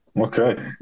Okay